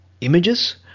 images